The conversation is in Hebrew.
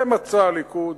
זה מצע הליכוד?